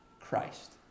Christ